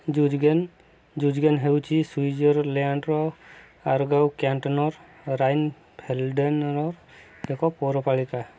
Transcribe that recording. ଜୁଜଗେନ୍ Zuzgen ହେଉଛି ସ୍ୱିଜରଲ୍ୟାଣ୍ଡର Aargau କ୍ୟାଣ୍ଟନର ରାଇନ୍ଫେଲ୍ଡେନର ଏକ ପୌରପାଳିକା